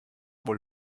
wohl